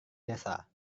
desa